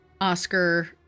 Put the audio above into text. Oscar